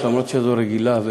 אף-על-פי שאת לא רגילה,